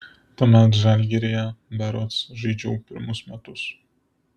tuomet žalgiryje berods žaidžiau pirmus metus